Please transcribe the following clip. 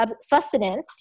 sustenance